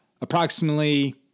approximately